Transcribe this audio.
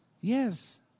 yes